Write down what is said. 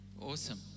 Awesome